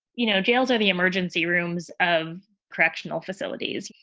you know, jails are the emergency rooms of correctional facilities.